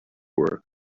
were